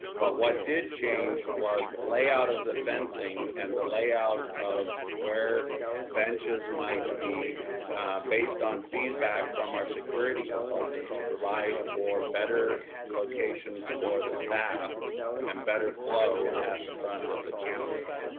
but what did change was the layout of the fencing and the layout of where benches might be based on feedback from our security consultant to provide for better locations for the staff and better flow at the front of the campus.